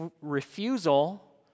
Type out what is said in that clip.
Refusal